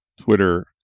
Twitter